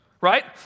right